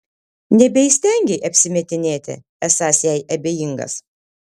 nebeįstengei apsimetinėti esąs jai abejingas